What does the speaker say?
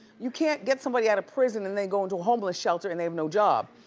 you can't get somebody outta prison and they go into a homeless shelter and they have no job.